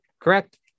correct